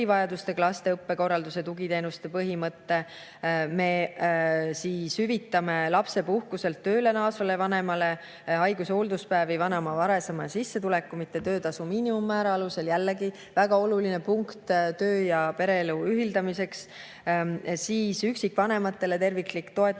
laste õppe korralduse ja tugiteenuste põhimõtte. Me hüvitame lapsepuhkuselt tööle naasvale vanemale haigus- ja hoolduspäevi vanema varasema sissetuleku, mitte töötasu miinimummäära alusel. Jälle väga oluline punkt töö- ja pereelu ühildamiseks. Üksikvanematele terviklik toetuspakett